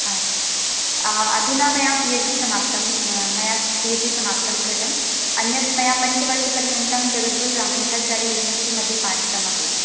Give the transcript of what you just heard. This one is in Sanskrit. आम् अधुना मया पि हेच् डि समाप्तं मया पि हेच् डि समाप्तं कृतं अन्यद् मया पञ्चवर्षपर्यन्तं जगद्गुरुरामानन्दाचार्ययुनिवर्सिटिमध्ये पाठितमपि